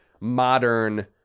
modern